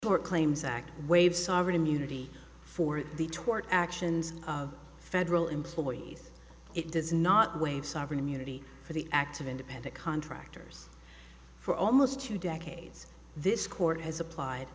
claims act waives sovereign immunity for the tort actions of federal employees it does not waive sovereign immunity for the acts of independent contractors for almost two decades this court has applied